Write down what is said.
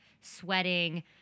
sweating